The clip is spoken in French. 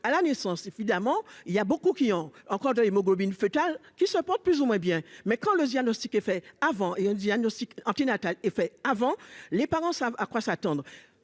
à la naissance, évidemment, il y a beaucoup, qui ont encore de l'hémoglobine foetale qui se portent plus ou moins bien, mais quand le diagnostic est fait avant, et un diagnostic anti-natal et fait avant les parents savent à quoi s'attendre